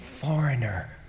Foreigner